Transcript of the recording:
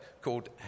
called